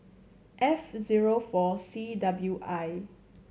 F zero four C W I